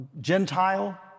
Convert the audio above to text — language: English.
Gentile